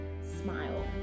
smile